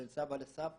בין סבא לסבתא,